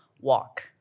walk